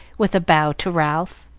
with a bow to ralph.